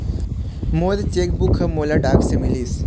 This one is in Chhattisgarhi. मोर चेक बुक ह मोला डाक ले मिलिस